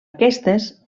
aquestes